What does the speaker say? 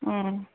ఆ